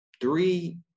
three